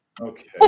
Okay